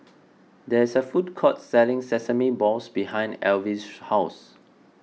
there is a food court selling Sesame Balls behind Alvy's house